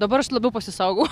dabar aš labiau pasisaugau